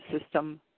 system